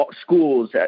schools